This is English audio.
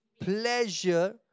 pleasure